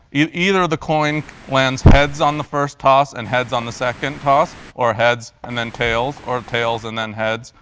either the coin lands heads on the first toss and heads on the second toss, or heads and then tails, or tails and then heads,